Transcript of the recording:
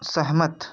सहमत